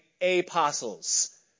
apostles